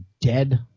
dead